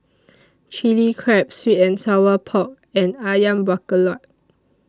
Chili Crab Sweet and Sour Pork and Ayam Buah Keluak